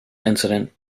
incident